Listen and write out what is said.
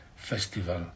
festival